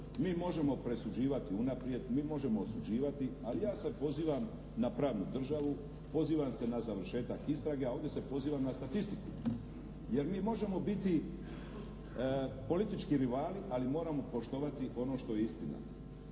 mi možemo presuđivati unaprijed, mi možemo osuđivati, ali ja se pozivam na pravnu državu, pozivam se na završetak istrage, a ovdje se pozivam na statistiku, jer mi možemo biti politički rivali ali moramo poštovati ono što je istina.